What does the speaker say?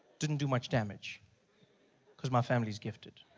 didn't do much damage because my family is gifted.